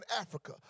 Africa